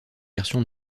version